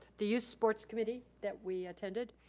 the youth sports committee that we attended.